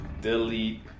delete